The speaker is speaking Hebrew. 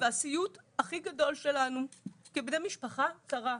והסיוט הכי גדול שלנו, כבני משפחה, קרה.